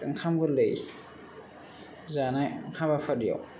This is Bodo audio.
ओंखाम गोरलै जानाय हाबाफारियाव